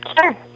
Sure